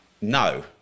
No